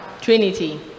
Trinity